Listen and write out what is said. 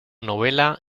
novela